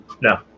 No